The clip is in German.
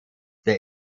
der